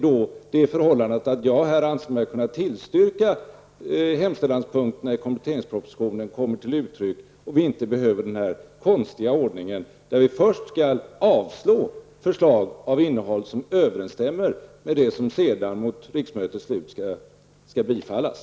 Då anser jag mig kunna tillstyrka hemställanspunkterna i kompletteringspropositionen, och vi behöver då inte tillämpa den här konstiga ordningen, att vi först avslår ett förslag som till innehållet överensstämmer med det som sedan mot riksmötets slut skall bifallas.